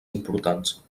importants